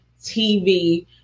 TV